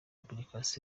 applications